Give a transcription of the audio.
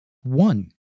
one